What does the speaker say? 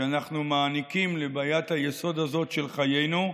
שאנחנו מעניקים לבעיית היסוד הזאת של חיינו.